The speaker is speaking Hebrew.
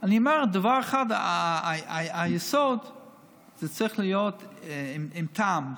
אני אומר דבר אחד: היסוד צריך להיות עם טעם.